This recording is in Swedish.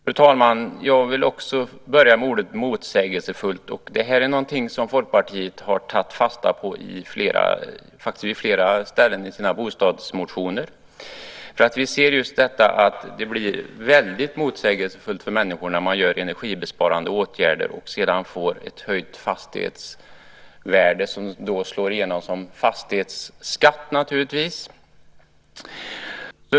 Fru talman! Jag vill också börja med ordet motsägelsefullt. Det här är något som Folkpartiet har tagit fasta på på flera ställen i sina bostadsmotioner, för vi ser just detta att det blir väldigt motsägelsefullt för människor när man gör energibesparande åtgärder och de sedan får ett höjt fastighetsvärde som naturligtvis slår igenom som fastighetsskatt.